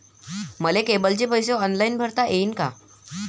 मले केबलचे पैसे ऑनलाईन भरता येईन का?